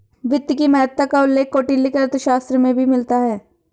वित्त की महत्ता का उल्लेख कौटिल्य के अर्थशास्त्र में भी मिलता है